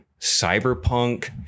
cyberpunk